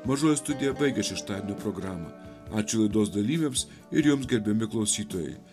mažoji studija baigia šeštadienio programą ačiū laidos dalyviams ir jums gerbiami klausytojai